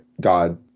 god